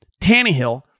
Tannehill